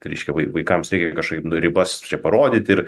tai reiškia vaikams reikia kažkaip nu ribas čia parodyt ir